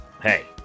Hey